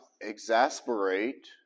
exasperate